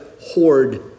hoard